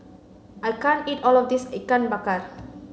I can't eat all of this Ikan Bakar